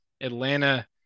Atlanta